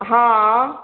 हँ